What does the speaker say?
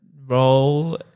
role